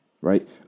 Right